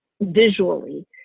visually